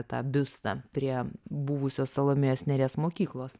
tą biustą prie buvusio salomėjos nėries mokyklos